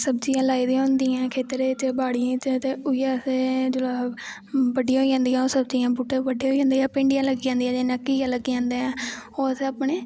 सब्जियां लाई दियां होंदियां नै खेत्तरैं च बाड़ियें च ते उऐ अस जिसलै बड्डियां होआ जंदियां बूह्टे बड्डे होई जंदे भिंडियां लग्गी जंदियां घिये लग्गी जंदे नैै ओह् अस अपने